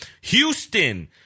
Houston